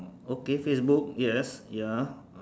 okay Facebook yes ya